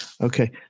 Okay